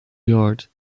yard